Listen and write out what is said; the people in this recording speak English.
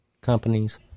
companies